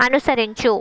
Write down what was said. అనుసరించు